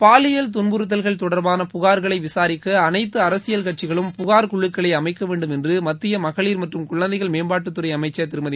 பாலியல் துன்புறுத்தல்கள் தொடர்பான புகார்களை விசாரிக்க அனைத்து அரசியல் கட்சிகளும் புகார் குழுக்களை அமைக்க வேண்டும் என்று மத்திய மகளிர் மற்றும் குழந்தைகள் மேம்பாட்டுத்துறை அமைச்சர் திருமதி